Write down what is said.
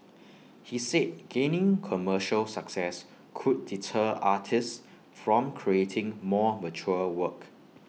he said gaining commercial success could deter artists from creating more mature work